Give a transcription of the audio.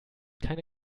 keine